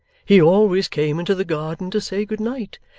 he always came into the garden to say good night.